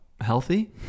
healthy